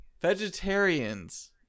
vegetarians